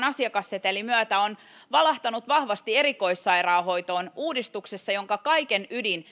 asiakassetelin myötä on valahtanut vahvasti erikoissairaanhoitoon uudistuksessa jonka kaiken ydin